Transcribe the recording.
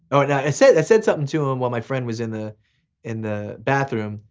ah no, i said said something to them while my friend was in the in the bathroom.